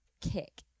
kick